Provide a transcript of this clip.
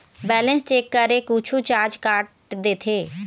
Balance check करें कुछू charge काट देथे?